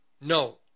No